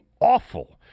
awful